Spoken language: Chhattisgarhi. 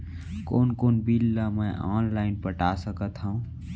कोन कोन बिल ला मैं ऑनलाइन पटा सकत हव?